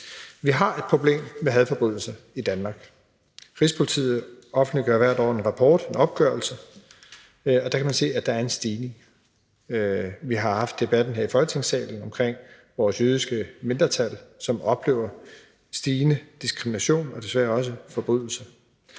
Vi har et problem med hadforbrydelser i Danmark. Rigspolitiet offentliggør hvert år en rapport, en opgørelse, og der kan man se, at der er en stigning. Vi har her i Folketingssalen haft debatten om vores jødiske mindretal, som oplever stigende diskrimination og desværre også forbrydelser.